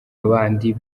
bandi